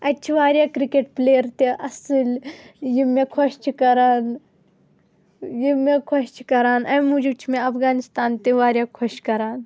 اتہِ چھِ واریاہ کرکٹ پِلیر تہِ اصٕل یِم مےٚ خۄش چھِ کَران یِم مےٚ خۄش چھِ کَران امہِ موجوب چھُ مےٚ افغانستان تہِ واریاہ خۄش کران